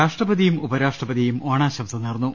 രാഷ്ട്രപതിയും ഉപരാഷ്ട്രപതിയും ഓണാശംസ നേർന്നു